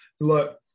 Look